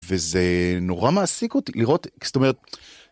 וזה נורא מעסיק אותי לראות, זאת אומרת...